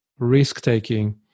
risk-taking